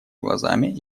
глазами